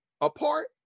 apart